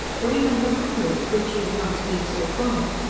or even her cookery of which he had once been so fond.